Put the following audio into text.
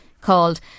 called